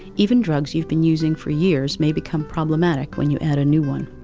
even drugs you've been using for years may become problematic when you add a new one.